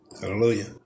Hallelujah